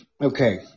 Okay